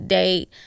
date